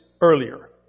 earlier